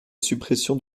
suppression